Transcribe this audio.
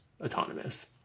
autonomous